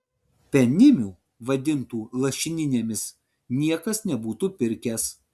penimių vadintų lašininėmis niekas nebūtų pirkęs